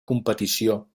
competició